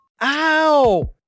Ow